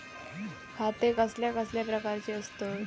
खाते कसल्या कसल्या प्रकारची असतत?